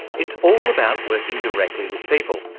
it's all about working directly with people,